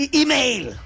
email